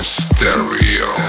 stereo